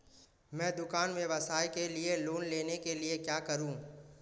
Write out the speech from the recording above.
मैं दुकान व्यवसाय के लिए लोंन लेने के लिए क्या करूं?